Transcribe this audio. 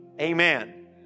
Amen